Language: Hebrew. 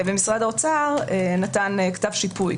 ומשרד האוצר נתן כתב שיפוי.